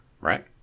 Right